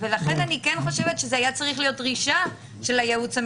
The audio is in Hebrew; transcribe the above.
הרוב המכריע של התהליכים נגמרים כעבור שנה,